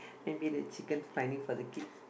maybe the chickens finding for the kids